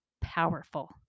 powerful